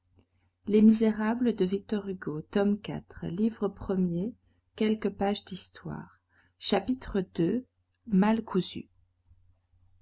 premier quelques pages d'histoire chapitre i bien coupé chapitre ii mal cousu